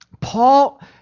Paul